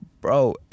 bro